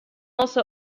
also